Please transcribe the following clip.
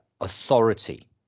authority